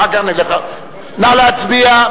נא להצביע.